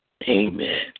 Amen